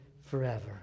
forever